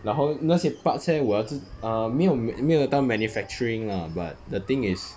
然后那些 parts leh 我要自 err 没有没有到 manufacturing lah but the thing is